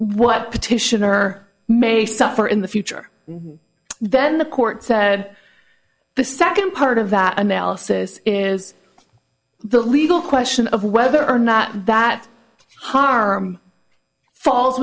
the petitioner may suffer in the future then the court said the second part of that analysis is the legal question of whether or not that harm falls